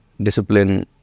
Discipline